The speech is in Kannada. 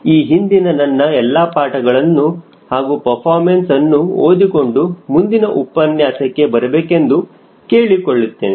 ಈ ಹಿಂದಿನ ನನ್ನ ಎಲ್ಲಾ ಪಾಠಗಳನ್ನು ಹಾಗೂ ಪರ್ಫಾರ್ಮೆನ್ಸ್ಅನ್ನು ಓದಿಕೊಂಡು ಮುಂದಿನ ಉಪನ್ಯಾಸಕ್ಕೆ ಬರಬೇಕೆಂದು ಕೇಳಿಕೊಳ್ಳುತ್ತೇನೆ